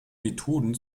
methoden